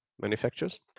manufacturers